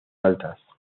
altas